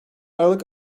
aralık